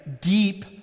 deep